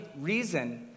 reason